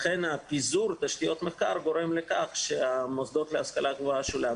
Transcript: לכן פיזור תשתיות מחקר גורם לכך שמוסדות להשכלה גבוהה שלנו